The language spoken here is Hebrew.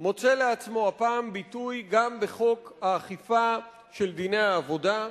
מוצא לעצמו הפעם ביטוי גם בחוק האכיפה של דיני העבודה.